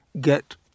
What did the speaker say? get